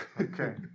Okay